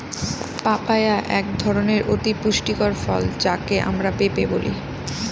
papaya একধরনের অতি পুষ্টিকর ফল যাকে আমরা পেঁপে বলি